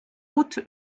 route